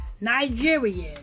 Nigerian